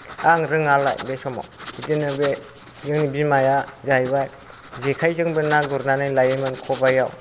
आं रोङालाय बे समाव बिदिनो बे जोंनि बिमाया जाहैबाय जेखायजोंबो ना गुरनानै लायोमोन खबायाव